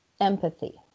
empathy